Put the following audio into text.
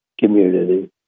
community